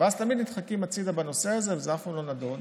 ואז תמיד נדחקים הצידה עם הנושא הזה וזה אף פעם לא נדון,